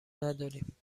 نداریم